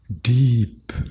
deep